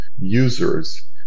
users